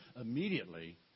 immediately